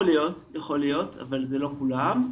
יכול להיות, אבל זה לא כולם.